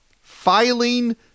filing